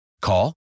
Call